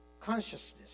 consciousness